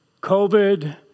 COVID